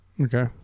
Okay